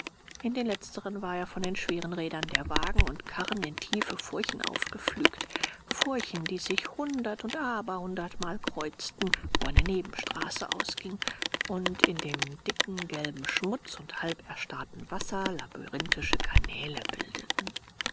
in den letztern war er von den schweren rädern der wagen und karren in tiefe furchen aufgepflügt furchen die sich hundert und aberhundertmal kreuzten wo eine nebenstraße ausging und in dem dicken gelben schmutz und halberstarrten wasser labyrinthische kanäle bildeten